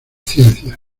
ciencias